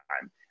time